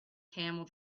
camel